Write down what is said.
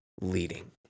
leading